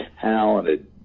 talented